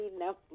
enough